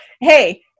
Hey